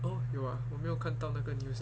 oh 有啊我没有看到那个 news